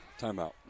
Timeout